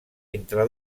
entre